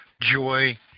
joy